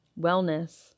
wellness